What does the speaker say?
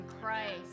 Christ